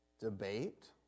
debate